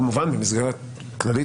כמובן במסגרת כללית,